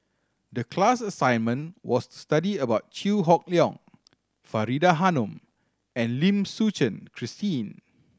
the class assignment was to study about Chew Hock Leong Faridah Hanum and Lim Suchen Christine